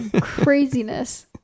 Craziness